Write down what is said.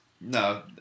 No